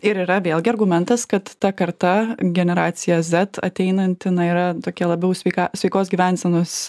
ir yra vėlgi argumentas kad ta karta generacija zet ateinanti na yra tokia labiau sveika sveikos gyvensenos